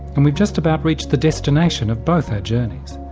and we've just about reached the destination of both our journeys.